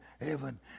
heaven